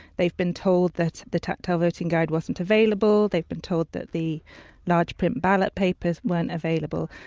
they've been told that the tactile voting guide wasn't available, they've been told that the large print ballot papers weren't available.